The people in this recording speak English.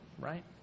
right